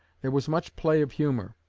there was much play of humor.